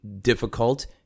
difficult